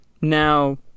now